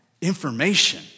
information